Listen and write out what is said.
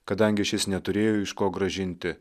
kadangi šis neturėjo iš ko grąžinti